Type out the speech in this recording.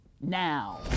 now